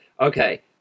okay